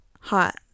hot